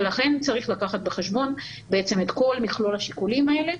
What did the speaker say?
לכן צריך לקחת בחשבון את כל מכלול השיקולים האלה,